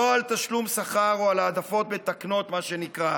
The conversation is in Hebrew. לא על תשלום שכר או על העדפות מתקנות, מה שנקרא.